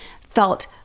felt